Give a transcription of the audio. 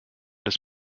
des